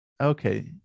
Okay